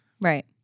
Right